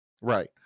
Right